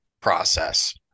process